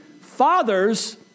Fathers